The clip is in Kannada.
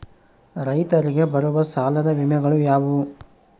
ರೈತರಿಗೆ ಬರುವ ಸಾಲದ ವಿಮೆಗಳು ಯಾವುವು?